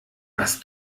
was